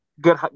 good